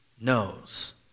knows